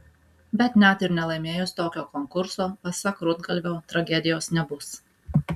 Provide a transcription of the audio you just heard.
bet net ir nelaimėjus tokio konkurso pasak rudgalvio tragedijos nebus